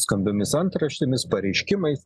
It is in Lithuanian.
skambiomis antraštėmis pareiškimais